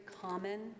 common